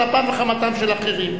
ודמוקרטית, על אפם וחמתם של אחרים.